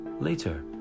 Later